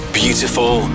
beautiful